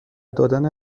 دادن